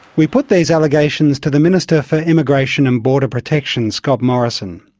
we put these allegations to the minister for immigration and border protection, scott morrison.